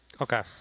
Okay